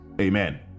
Amen